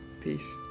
Peace